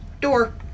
door